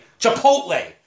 Chipotle